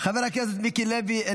חבר הכנסת ירון לוי,